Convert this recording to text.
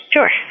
Sure